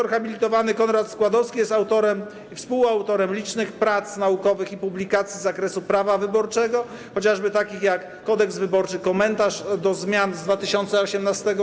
Dr hab. Konrad Składowski jest autorem i współautorem licznych prac naukowych i publikacji z zakresu prawa wyborczego, chociażby takich jak „Kodeks wyborczy, komentarz do zmian 2018”